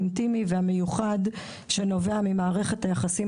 אינטימי ומיוחד שנובע ממערכת היחסים